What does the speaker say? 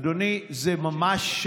אדוני, זה ממש,